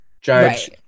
judge